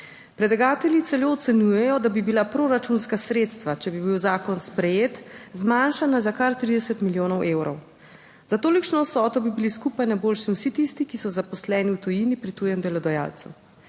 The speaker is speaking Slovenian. Predlagatelji celo ocenjujejo, da bi bila proračunska sredstva, če bi bil zakon sprejet, zmanjšana za kar 30 milijonov evrov. Za tolikšno vsoto bi bili skupaj na boljšem vsi tisti, ki so zaposleni v tujini pri tujem delodajalcu.